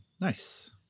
Nice